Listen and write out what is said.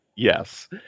Yes